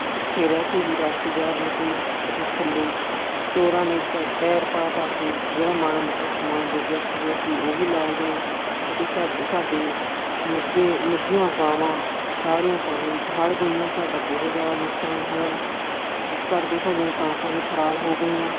ਭੁੱਖੇ ਰਹਿ ਕੇ ਵੀ ਰਾਤ ਗੁਜ਼ਾਰਨੀ ਪਈ ਅਤੇ ਥੱਲ੍ਹੇ ਚੋਰਾਂ ਨੇ ਟਾਇਰ ਪਾ ਪਾ ਕੇ ਜਿਹੜਾ ਮਾੜਾ ਮੋਟਾ ਸਮਾਨ ਬਚਿਆ ਖੁਚਿਆ ਸੀ ਉਹ ਵੀ ਲੈ ਗਏ ਅਤੇ ਸਾਡਾ ਸਾਡੇ ਮੱਝਾਂ ਮੱਝੀਆਂ ਗਾਵਾਂ ਸਾਰੀਆਂ ਪਾਣੀ ਵਿੱਚ ਹੜ੍ਹ ਗਈਆਂ ਸਾਡਾ ਬਹੁਤ ਜ਼ਿਆਦਾ ਨੁਕਸਾਨ ਹੋਇਆ ਜਿਸ ਕਰਕੇ ਸਾਡੀਆਂ ਕਣਕਾਂ ਵੀ ਖਰਾਬ ਹੋ ਗਈਆਂ